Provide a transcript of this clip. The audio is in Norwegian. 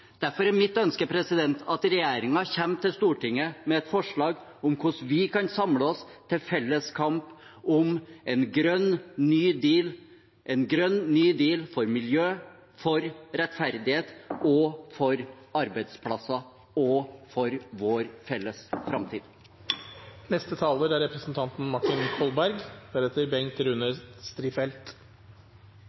Derfor er mitt ønske at regjeringen kommer til Stortinget med et forslag om hvordan vi kan samle oss til felles kamp om en grønn, ny deal – en grønn, ny deal for miljø, for rettferdighet, for arbeidsplasser og for vår felles framtid. Jeg vil si det slik at enten er